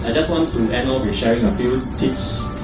i just want to end off with sharing a few